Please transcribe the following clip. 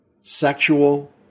sexual